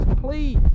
please